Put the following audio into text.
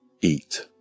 eat